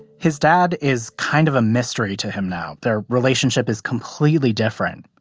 his dad is kind of a mystery to him now. their relationship is completely different,